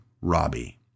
Robbie